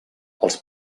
els